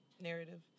narrative